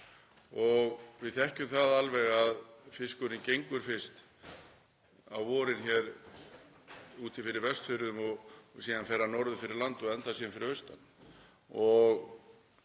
Við þekkjum það alveg að fiskurinn gengur fyrst á vorin úti fyrir Vestfjörðum og síðan fer hann norður fyrir land og endar fyrir austan.